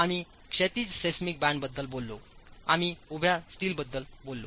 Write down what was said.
आम्हीक्षैतिज seismic बँडबद्दल बोललो आम्ही उभ्या स्टीलबद्दल बोललो